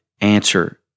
answer